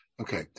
Okay